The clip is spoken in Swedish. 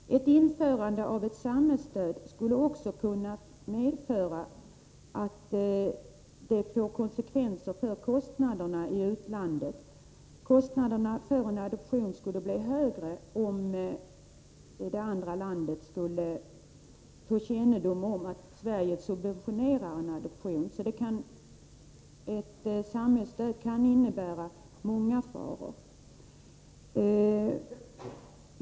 Ett införande av ett samhällsstöd skulle också kunna få konsekvenser för kostnaderna i utlandet. Kostnaderna för en adoption skulle bli högre om det andra landet finge kännedom om att Sverige subventionerar adoptioner. Ett samhällsstöd kan innebära många faror.